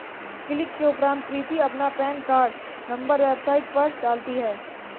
click के उपरांत प्रीति अपना पेन कार्ड नंबर वेबसाइट पर डालती है